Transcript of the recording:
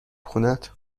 خونهت